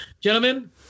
gentlemen